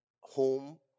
home